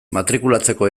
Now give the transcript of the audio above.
matrikulatzeko